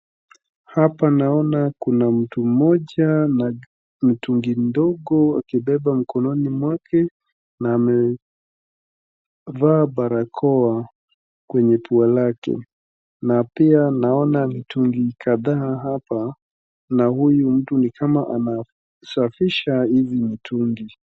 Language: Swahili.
Hapa naona kuna mtu mmoja na mitungi ndogo akibeba mkononi mwake na amevaa barakoa kwenye pua lake. Na pia naona mitungi kadhaa hapa na huyu mtu ni kama anasafisha hizi mitungi.